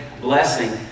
blessing